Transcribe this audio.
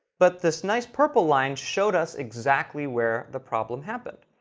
but this nice purple line showed us exactly where the problem happened,